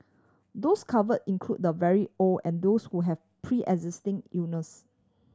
those cover include the very old and those who have preexisting illness